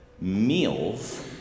meals